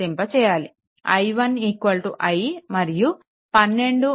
i1 i మరియు 12i2 2i1 0